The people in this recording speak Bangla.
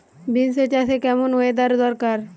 বিন্স চাষে কেমন ওয়েদার দরকার?